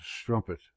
strumpet